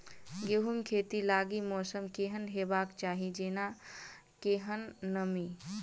गेंहूँ खेती लागि मौसम केहन हेबाक चाहि जेना केहन नमी?